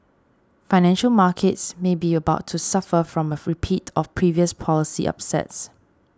financial markets may be about to suffer from a repeat of previous policy upsets